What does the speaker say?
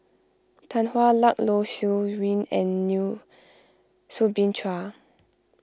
Tan Hwa Luck Low Siew Nghee and New Soo Bin Chua